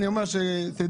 שזה יהיה שם